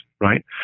right